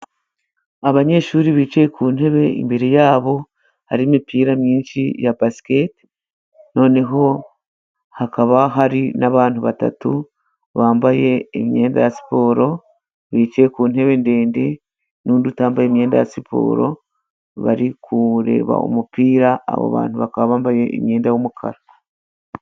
Abanyeshuri bicaye ku ntebe, imbere yabo hari imipira myinshi ya basiketi, noneho hakaba hari n'abantu batatu bambaye imyenda ya siporo bicaye ku ntebe ndende, n'undi utambaye imyenda ya siporo bari kureba umupira. Abo bantu bakaba bambaye imyenda y'umukara.